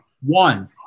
one